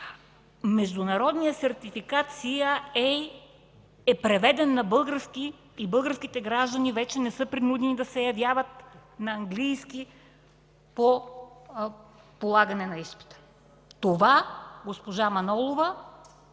международният сертификат CIA е преведен на български и българските граждани вече не са принудени да се явяват на английски език по полагане на изпита. Това госпожа Манолова